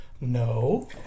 No